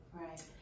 Right